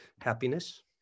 happiness